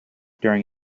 during